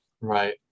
Right